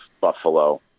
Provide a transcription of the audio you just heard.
Buffalo